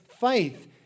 faith